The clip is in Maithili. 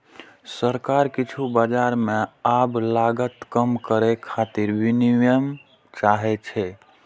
सरकार किछु बाजार मे आब लागत कम करै खातिर विनियम चाहै छै